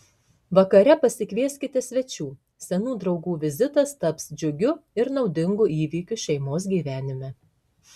vakare pasikvieskite svečių senų draugų vizitas taps džiugiu ir naudingu įvykiu šeimos gyvenime